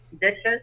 dishes